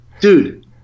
dude